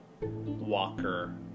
Walker